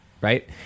Right